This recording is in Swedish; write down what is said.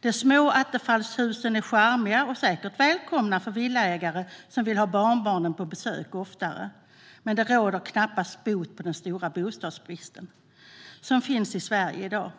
De små Attefallshusen är charmiga och säkert välkomna för villaägare som vill ha barnbarnen på besök oftare. Men de råder knappast bot på den stora bostadsbrist som finns i Sverige i dag.